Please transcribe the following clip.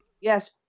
Yes